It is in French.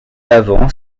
avant